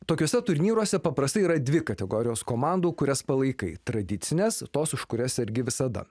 tokiuose turnyruose paprastai yra dvi kategorijos komandų kurias palaikai tradicines tos už kurias sergi visada